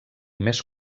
més